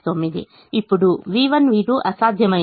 ఇప్పుడు v1 v2 అసాధ్యమైనవి